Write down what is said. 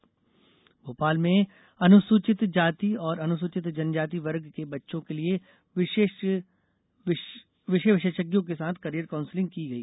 career counselling Bhopal में अनुसूचित जाति और अनुसूचित जनजाति वर्ग के बच्चो के लिए विषय विशेषज्ञों के साथ करियर काउंसलिंग की गई